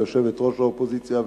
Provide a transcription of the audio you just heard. ויושבת-ראש האופוזיציה,